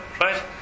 right